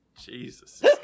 Jesus